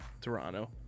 Toronto